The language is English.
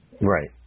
right